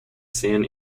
san